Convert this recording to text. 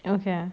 okay